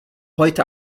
heute